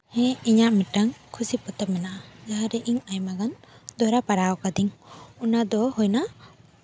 ᱦᱮᱸ ᱤᱧᱟᱹᱜ ᱢᱤᱫᱴᱟᱝ ᱠᱷᱩᱥᱤ ᱯᱚᱛᱚᱵ ᱢᱮᱱᱟᱜᱼᱟ ᱡᱟᱦᱟᱸ ᱨᱮ ᱤᱧ ᱟᱭᱢᱟᱜᱟᱱ ᱫᱷᱚᱨᱚ ᱯᱟᱲᱦᱟᱣ ᱠᱟᱹᱫᱟᱹᱧ ᱚᱱᱟ ᱫᱚ ᱦᱩᱭᱱᱟ